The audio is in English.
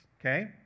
okay